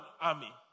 army